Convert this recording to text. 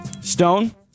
Stone